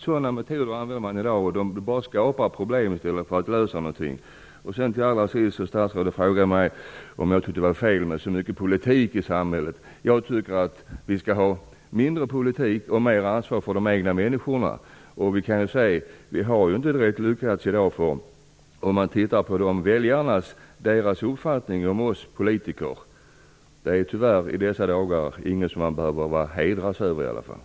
Sådana metoder använder man i dag, och de skapar bara problem. Slutligen frågade statsrådet mig om jag tycker att det är fel att det är så mycket politik i samhället. Jag tycker att vi skall ha mindre av politik och mer av ansvar från människorna själva. Vi kan ju se att vi inte direkt har lyckats i dag, för om man ser till väljarnas uppfattning om oss politiker så är det tyvärr inget som man kan hedras av i alla fall.